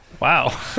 Wow